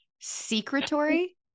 Secretory